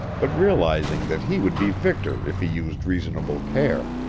but realizing that he would be victor if he used reasonable care.